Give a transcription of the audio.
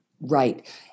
Right